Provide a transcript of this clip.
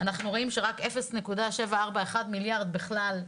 אנחנו רואים שרק 0.741 מיליארד בכלל,